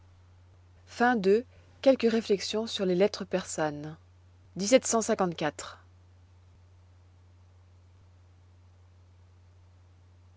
les réflexions sur les lettres persanes